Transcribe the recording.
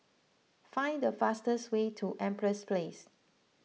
find the fastest way to Empress Place